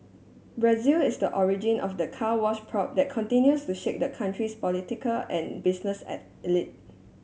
Brazil is the origin of the Car Wash probe that continues to shake the country's political and business at elite